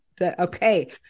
Okay